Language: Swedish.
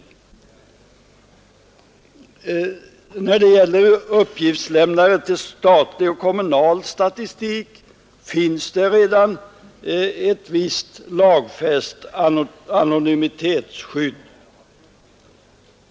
För uppgiftslämnare till statlig och kommunal statistik finns redan ett visst lagfäst anonymitetsskydd.